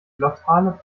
glottale